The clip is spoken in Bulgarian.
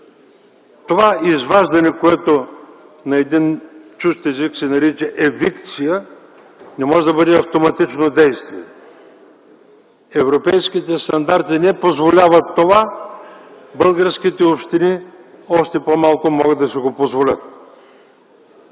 Това изваждане, което на един чужд език се нарича евикция, не може да бъде автоматично действие. Европейските стандарти не позволяват това, а още по-малко могат да си го позволят